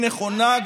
היא נכונה,